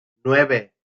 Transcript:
nueve